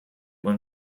when